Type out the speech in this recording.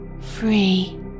free